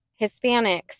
Hispanics